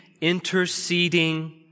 interceding